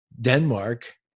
denmark